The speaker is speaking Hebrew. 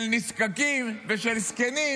של נזקקים ושל זקנים,